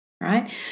right